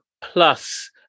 plus